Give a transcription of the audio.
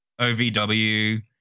OVW